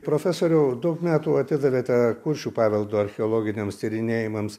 profesoriau daug metų atidavėte kuršių paveldo archeologiniams tyrinėjimams